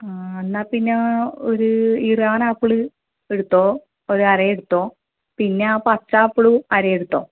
ആ എന്നാൽ പിന്നെ ഒരു ഇറാൻ ആപ്പിള് എടുത്തോ ഒരു അര എടുത്തോ പിന്നെ ആ പച്ച ആപ്പിളും അര എടുത്തോ